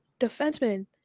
defenseman